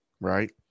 right